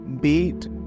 beat